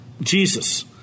Jesus